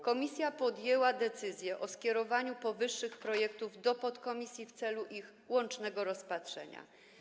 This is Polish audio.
Komisja podjęła decyzję o skierowaniu powyższych projektów do podkomisji w celu ich łącznego rozpatrzenia.